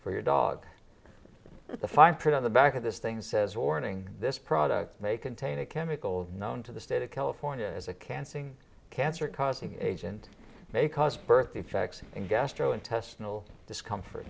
for your dog the fine print on the back of this thing says warning this product may contain a chemical known to the state of california as a can sing cancer causing agent may cause birth defects and gastrointestinal discomfort